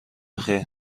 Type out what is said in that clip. خیر